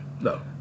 no